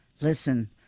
Listen